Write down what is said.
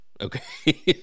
Okay